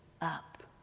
up